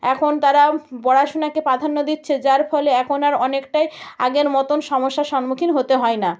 এখন তারা পড়াশুনাকে প্রাধান্য দিচ্ছে যার ফলে এখন আর অনেকটাই আগের মতন সমস্যার সম্মুখীন হতে হয় না